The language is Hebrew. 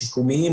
שיקומיים,